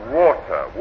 water